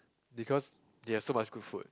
because it has so much good food